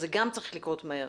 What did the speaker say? אז זה גם צריך לקרות מהר,